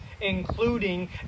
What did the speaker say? including